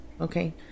okay